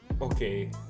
okay